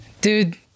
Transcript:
Dude